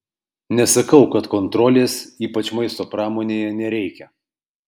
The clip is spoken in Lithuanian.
nesakau kad kontrolės ypač maisto pramonėje nereikia